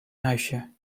huisje